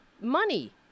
money